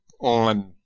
on